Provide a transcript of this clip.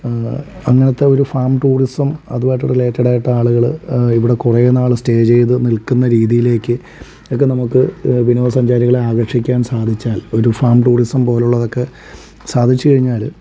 അങ്ങനത്തെ ഒരു farm tourism അതുമായിട്ടു റിലേറ്റഡ് ആയിട്ട് ആളുകൾ ഇവിടെ കുറെ നാൾ സ്റ്റേ ചെയ്ത് നിൽക്കുന്ന രീതിയിലേക്ക് ഒക്കെ നമുക്ക് വിനോദ സഞ്ചാരികളെ ആകർഷിക്കാൻ സാധിച്ചാൽ ഒരു ഫാം ടൂറിസം പോലുള്ളതൊക്കെ സാധിച്ചു കഴിഞ്ഞാൽ